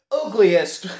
ugliest